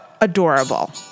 adorable